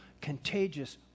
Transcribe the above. contagious